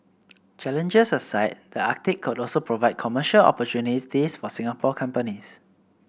challenges aside the Arctic could also provide commercial opportunities for Singapore companies